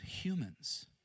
humans